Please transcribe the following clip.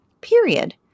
period